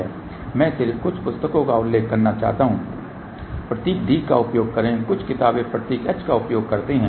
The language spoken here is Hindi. मैं सिर्फ कुछ पुस्तकों का उल्लेख करना चाहता हूं प्रतीक d का उपयोग करें कुछ किताबें प्रतीक h का उपयोग करती हैं